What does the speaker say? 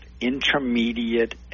intermediate